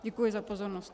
Děkuji za pozornost.